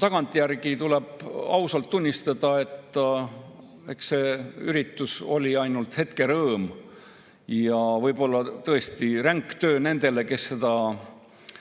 Tagantjärgi tuleb ausalt tunnistada, et see üritus oli ainult hetke rõõm. Võib-olla oli see tõesti ränk töö nendele meie